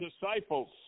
disciples